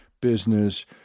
business